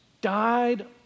died